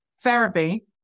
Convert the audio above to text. therapy